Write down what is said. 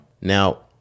Now